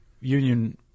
union